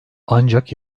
ancak